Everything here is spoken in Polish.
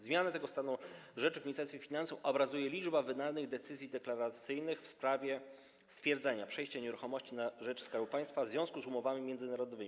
Zmiany tego stanu rzeczy w Ministerstwie Finansów obrazuje liczba wydanych decyzji deklaracyjnych w sprawie stwierdzenia przejścia nieruchomości na rzecz Skarbu Państwa w związku z umowami międzynarodowymi.